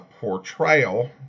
portrayal